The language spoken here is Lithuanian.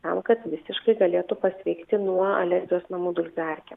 tam kad visiškai galėtų pasveikti nuo alergijos namų dulkių erke